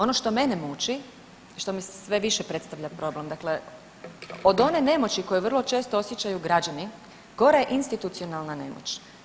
Ono što mene muči i što mi sve više predstavlja problem, dakle od one nemoći koje vrlo često osjećaju građani gora je institucionalna nemoć.